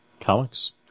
Comics